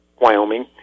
Wyoming